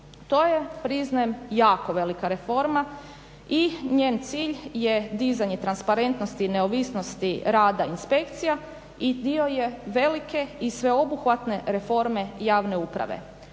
To je priznajem jako velika reforma i njen cilj je dizanje transparentnosti i neovisnosti rada inspekcija i dio je velike i sveobuhvatne reforme javne uprave.